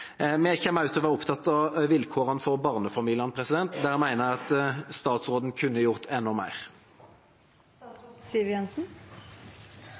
men vi mener at det trengs flere. Vi kommer også til å være opptatt av vilkårene for barnefamiliene. Der mener jeg at statsråden kunne gjort enda mer.